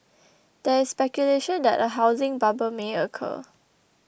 there is speculation that a housing bubble may occur